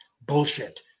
Bullshit